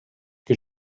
que